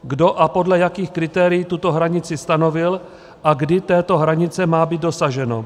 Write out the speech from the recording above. Kdo a podle jakých kritérií tuto hranici stanovil a kdy této hranice má být dosaženo?